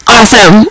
Awesome